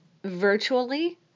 virtually